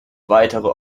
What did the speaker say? weitere